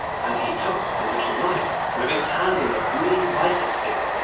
and he took the little knife with its handle of green viper's skin,